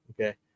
okay